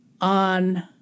On